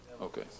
Okay